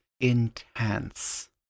intense